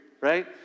right